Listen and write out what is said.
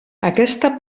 aquesta